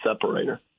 separator